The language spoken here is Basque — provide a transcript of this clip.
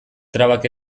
trabak